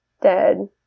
dead